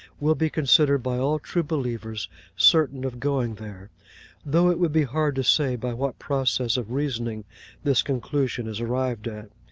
will be considered by all true believers certain of going there though it would be hard to say by what process of reasoning this conclusion is arrived at.